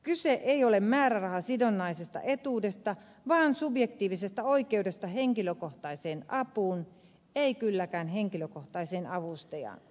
kyse ei ole määrärahasidonnaisesta etuudesta vaan subjektiivisesta oikeudesta henkilökohtaiseen apuun ei kylläkään henkilökohtaiseen avustajaan